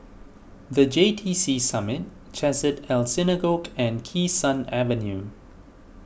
the J T C Summit Chesed El Synagogue and Kee Sun Avenue